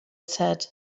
said